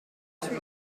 for